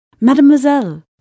Mademoiselle